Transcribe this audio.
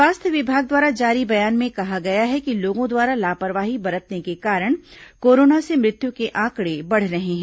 स्वास्थ्य विभाग द्वारा जारी बयान में कहा गया है कि लोगों द्वारा लापरवाही बरतने के कारण कोरोना से मृत्यु के आंकड़े बढ़ रहे हैं